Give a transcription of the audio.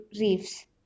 reefs